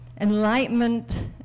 enlightenment